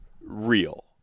real